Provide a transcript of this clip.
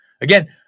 Again